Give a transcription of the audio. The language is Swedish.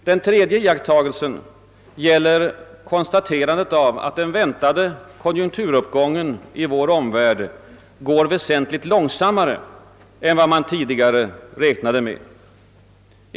Den tredje iakttagelsen är att den väntade konjunkturuppgången i vår omvärld går väsentligt långsammare än vad man tidigare räknade med.